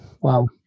wow